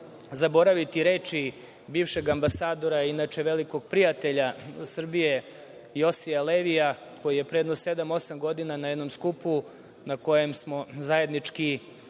zaboraviti reči bivšeg ambasadora, inače velikog prijatelja Srbije, Josija Levija koji je pre jedno sedam, osam godina, na jednom skupu na kojem smo, zajednički